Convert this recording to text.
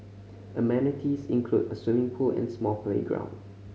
amenities include a swimming pool and small playground